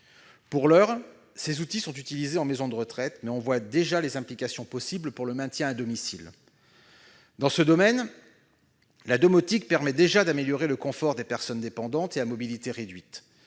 Pour l'heure, ces outils sont utilisés en maisons de retraite, mais on en voit déjà les applications possibles pour le maintien à domicile. Dans ce domaine, la domotique permet déjà d'améliorer le confort des personnes dépendantes et à mobilité réduite.